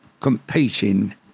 competing